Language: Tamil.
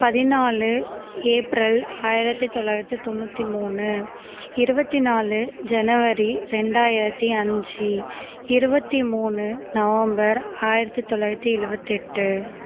பதினாலு ஏப்ரல் ஆயிரத்தி தொள்ளாயிரத்தி தொண்ணூற்றி மூணு இருபத்தி நாலு ஜனவரி ரெண்டாயிரத்தி அஞ்சு இருவத்தி மூணு நவம்பர் ஆயிரத்தி தொள்ளாயிரத்தி எழுபத்தி எட்டு